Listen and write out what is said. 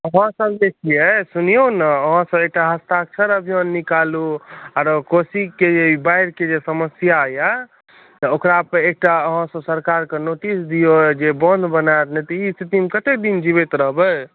अहाँसभ जे छियै सुनियौ ने अहाँसभ एकटा हस्ताक्षर अभियान निकालू आरो कोशीके जे बाढ़िके जे समस्या यए तऽ ओकरापर एकटा अहाँसभ सरकारकेँ नोटिस दियौ जे बाँध बनायत नहि तऽ ई स्थितिमे कतेक दिन जीबैत रहबै